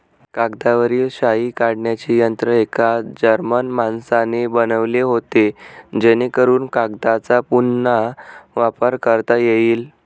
कागदावरील शाई काढण्याचे यंत्र एका जर्मन माणसाने बनवले होते जेणेकरून कागदचा पुन्हा वापर करता येईल